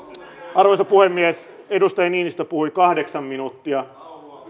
arvoisa puhemies edustaja niinistö puhui kahdeksan minuuttia